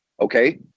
okay